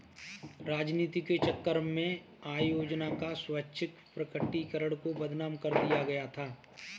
राजनीति के चक्कर में आय योजना का स्वैच्छिक प्रकटीकरण को बदनाम कर दिया गया था